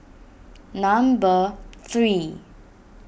number three